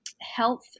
Health